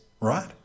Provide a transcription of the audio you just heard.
right